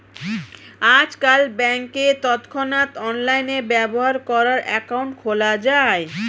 আজকাল ব্যাংকে তৎক্ষণাৎ অনলাইনে ব্যবহার করার অ্যাকাউন্ট খোলা যায়